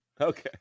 Okay